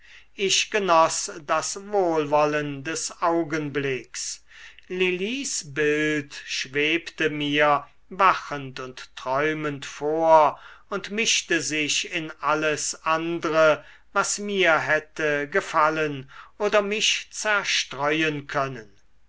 ich genoß das wohlwollen des augenblicks lilis bild schwebte mir wachend und träumend vor und mischte sich in alles andre was mir hätte gefallen oder mich zerstreuen können